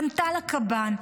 פנתה לקב"ן,